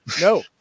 No